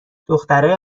دخترای